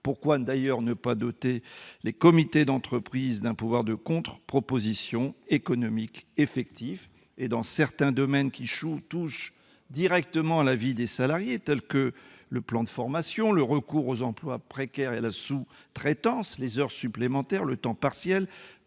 Pourquoi ne pas doter les comités d'entreprise d'un pouvoir effectif de contre-proposition économique ? Et dans certains domaines, qui touchent directement à la vie des salariés, tels que le plan de formation, le recours aux emplois précaires et à la sous-traitance, les heures supplémentaires ou le temps partiel,